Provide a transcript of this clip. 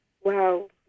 wow